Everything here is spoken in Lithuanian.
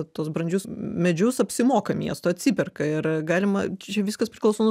tuos brandžius medžius apsimoka miestui atsiperka ir galima čia viskas priklauso nuo